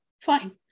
Fine